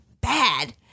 bad